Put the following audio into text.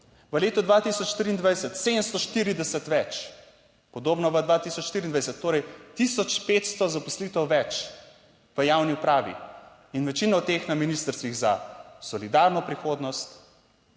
V letu 2023 740 več, podobno v 2024, torej 1500 zaposlitev več v javni upravi in večina od teh na ministrstvih za solidarno prihodnost,